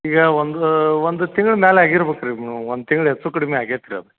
ಈಗ ಒಂದು ಒಂದು ತಿಂಗ್ಳ ಮೇಲ್ ಆಗಿರ್ಬೇಕ್ ರೀ ಒಂದು ತಿಂಗ್ಳು ಹೆಚ್ಚು ಕಡ್ಮೆ ಆಗೈತೆ ರೀ ಅದು